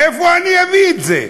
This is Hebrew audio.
מאיפה אני אביא את זה?